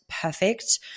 perfect